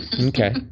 Okay